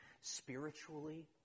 spiritually